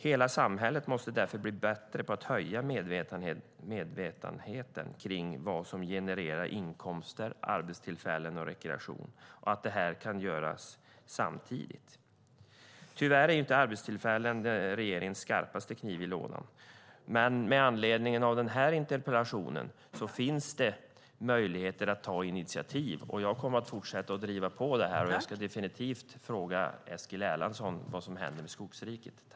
Hela samhället måste därför bli bättre på att öka medvetenheten om vad som genererar inkomster, arbetstillfällen och rekreation samtidigt. Tyvärr är inte arbetstillfällena regeringens skarpaste kniv i lådan, men med tanke på den här interpellationsdebatten finns det möjligheter att ta initiativ. Jag kommer att fortsätta att driva på, och jag ska definitivt fråga Eskil Erlandsson vad som händer med Skogsriket.